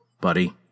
Buddy